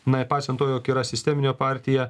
nepaisant to jog yra sisteminė partija